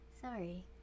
Sorry